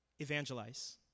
evangelize